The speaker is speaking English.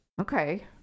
Okay